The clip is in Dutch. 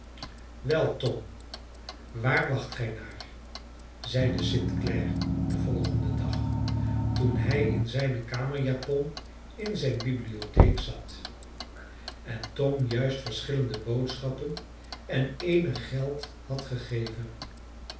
wel tom waar wacht gij naar zeide st clare den volgenden dag toen hij in zijne kamerjapon in zijn bibliotheek zat en tom juist verschillende boodschappen en eenig geld had gegeven